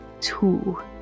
two